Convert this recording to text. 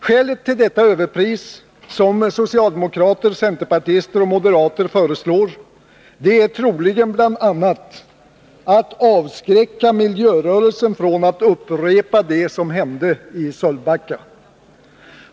Skälet till detta överpris, som socialdemokrater, centerpartister och moderater föreslår, är troligen bl.a. att avskräcka miljörörelsen från att upprepa det som hände i Sölvbacka.